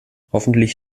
hoffentlich